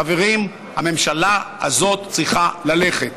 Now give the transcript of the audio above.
חברים, הממשלה הזאת צריכה ללכת.